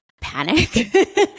panic